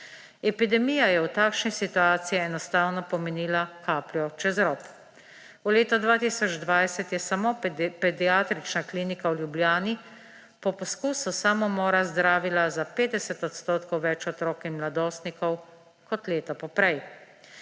Epidemija je v takšni situaciji enostavno pomenila kapljo čez rob. V letu 2020 je samo Pediatrična klinika v Ljubljani po poskusu samomora zdravila za 50 odstotkov več otrok in mladostnikov kot leto poprej.